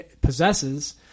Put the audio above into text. possesses